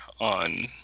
on